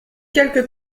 quelque